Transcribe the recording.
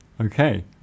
Okay